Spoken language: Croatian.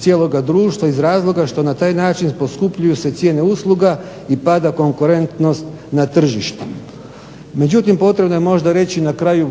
cijeloga društva jer na taj način poskupljuju se cijene usluga i pada konkurentnost na tržištu. Međutim, potrebno je možda reći na kraju